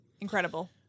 Incredible